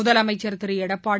முதலமைச்சா் திரு எடப்பாடி